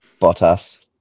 Bottas